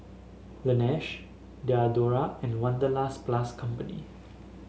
Laneige Diadora and Wanderlust Plus Company